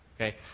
Okay